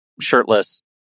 shirtless